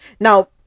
Now